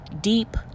deep